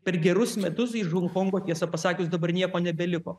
per gerus metus iš honkongo tiesą pasakius dabar nieko nebeliko